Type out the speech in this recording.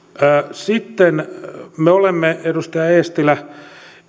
sitten edustaja eestilä